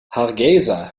hargeysa